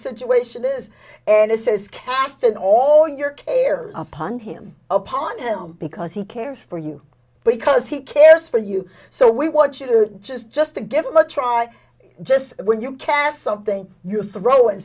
situation is and this is cast in all your care upon him upon him because he cares for you because he cares for you so we want you to just just to give him a try just when you cast something you're throwing